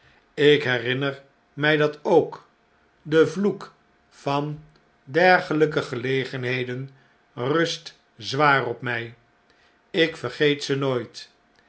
ik herinner mij dat ook de vloek van diergeljjke gelegenheden rust zwaar op mij ik vergeet ze nooit